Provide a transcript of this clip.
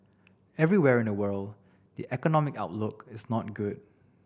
everywhere in the world the economic outlook is not good